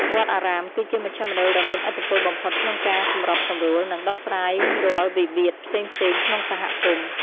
វត្តអារាម គឺជាមជ្ឈមណ្ឌលដ៏មានឥទ្ធិពលបំផុតក្នុងការសម្របសម្រួល និងដោះស្រាយរាល់វិវាទផ្សេងៗក្នុងសហគមន៍។